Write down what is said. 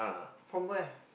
from where